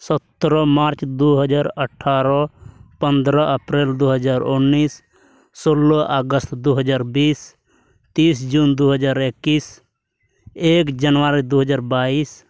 ᱥᱚᱛᱨᱚ ᱢᱟᱨᱪ ᱫᱩ ᱦᱟᱡᱟᱨ ᱟᱴᱷᱟᱨᱳ ᱯᱚᱸᱫᱽᱨᱚ ᱮᱯᱨᱤᱞ ᱫᱩ ᱦᱟᱡᱟᱨ ᱩᱱᱤᱥ ᱥᱳᱞᱞᱳ ᱟᱜᱚᱥᱴ ᱫᱩ ᱦᱟᱡᱟᱨ ᱵᱤᱥ ᱛᱤᱨᱤᱥ ᱡᱩᱱ ᱫᱩ ᱦᱟᱡᱟᱨ ᱮᱠᱩᱥ ᱮᱠ ᱡᱟᱱᱣᱟᱨᱤ ᱫᱩ ᱦᱟᱡᱟᱨ ᱵᱟᱹᱭᱤᱥ